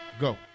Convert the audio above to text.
Go